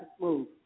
move